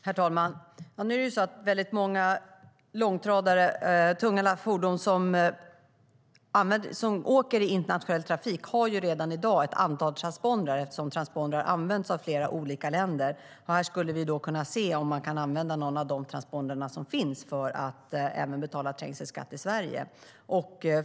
Herr talman! Väldigt många långtradare och andra tunga fordon som kör i internationell trafik har redan i dag ett antal transpondrar, eftersom transpondrar används av flera länder. Vi skulle kunna se om man kan använda någon av de transpondrar som redan finns för att även betala trängselskatt i Sverige.